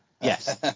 Yes